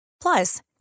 Plus